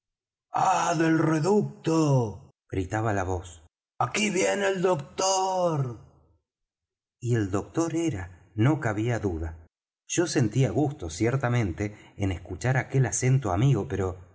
del reducto gritaba la voz aquí viene el doctor y el doctor era no cabía dada yo sentía gusto ciertamente en escuchar aquel acento amigo pero